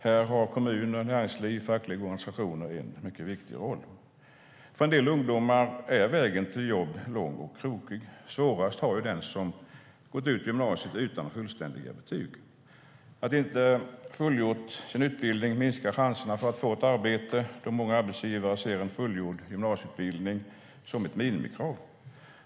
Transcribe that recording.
Här har kommuner, näringsliv och fackliga organisationer en mycket viktig roll. För en del ungdomar är vägen till jobb lång och krokig. Svårast har den som har gått ut gymnasiet utan fullständiga betyg. Att inte ha fullgjort sin utbildning minskar chanserna att få ett arbete, då många arbetsgivare ser en fullgjord gymnasieutbildning som ett minimikrav.